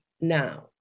now